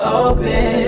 open